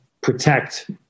protect